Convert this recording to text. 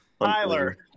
Tyler